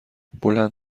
بلند